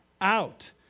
out